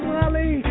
Molly